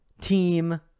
team